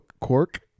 Cork